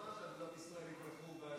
הצעת ועדת החוקה,